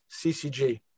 CCG